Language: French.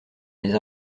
les